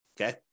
okay